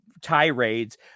tirades